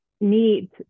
need